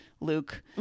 Luke